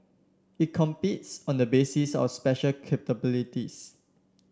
it competes on the basis of special capabilities